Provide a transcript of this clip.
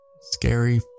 scary